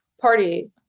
party